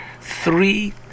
three